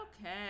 Okay